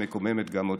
שמקוממת גם אותי.